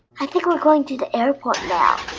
i think we're going to the airport now.